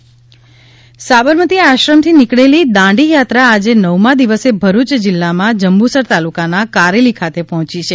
દાંડી યાત્રા સાબરમતી આશ્રમથી નીકળેલી દાંડીયાત્રા આજે નવમા દિવસે ભરૂચ જિલ્લામાં જંબુસર તાલુકાના કારેલી ખાતે પહોંચી છે